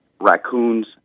raccoons